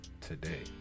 today